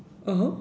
(uh huh)